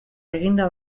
eginda